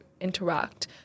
interact